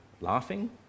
laughing